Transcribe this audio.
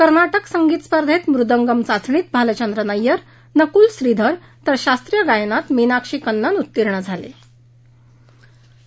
कर्नाटक संगीत स्पर्धेत मृदंगम चाचणीत भालचंद्रन अय्यर आणि नकूल श्रीधर तर शास्त्रीय गायनात मिनाक्षी कन्नन उत्तीर्ण झाले आहेत